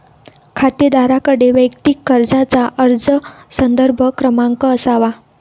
खातेदाराकडे वैयक्तिक कर्जाचा अर्ज संदर्भ क्रमांक असावा